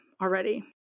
already